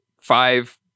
five